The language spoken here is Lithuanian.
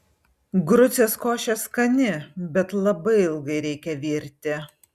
grucės košė skani bet labai ilgai reikia virti